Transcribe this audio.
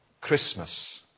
Christmas